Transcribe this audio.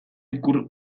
ikur